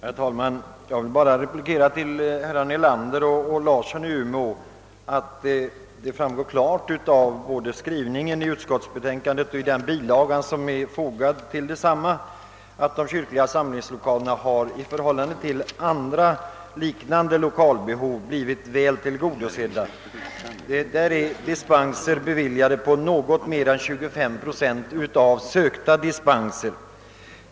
Herr talman! Jag vill bara med anledning av herr Nelanders och herr Larssons i Umeå anföranden replikera, att det klart framgår av såväl skrivningen i utskottsbetänkandet som av den bilaga som fogats till detsamma, att behovet av kyrkliga samlingslokaler i förhållande till andra liknande lokalbehov blivit väl tillgodosett. Det har beviljats dispenser som motsvarar något mer än 25 procent av sökta dispenser.